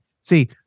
See